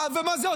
אבל מסכים במה?